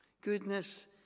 goodness